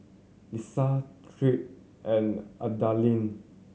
Ieshia Tripp and Adalyn